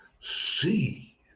see